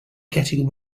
getting